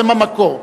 הם המקור.